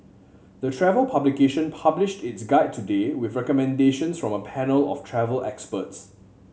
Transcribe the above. the travel publication published its guide today with recommendations from a panel of travel experts